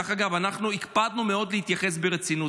דרך אגב, אנחנו הקפדנו מאוד להתייחס ברצינות.